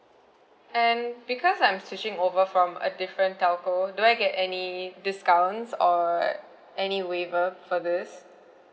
and because I'm switching over from a different telco do I get any discounts or any waiver for this